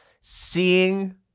seeing